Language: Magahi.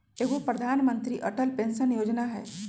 एगो प्रधानमंत्री अटल पेंसन योजना है?